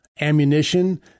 Ammunition